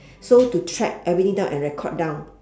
so to track everything down and record down